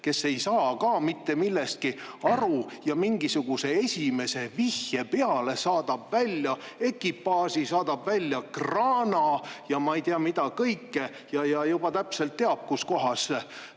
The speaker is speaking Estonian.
kes ei saa ka mitte millestki aru ja mingisuguse esimese vihje peale saadab välja ekipaaži, saadab välja kraana ja ma ei tea, mida kõike, ja juba täpselt teab, kuskohas